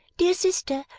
dear sister,